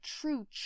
true